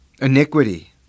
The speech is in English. Iniquity